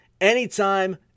anytime